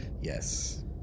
Yes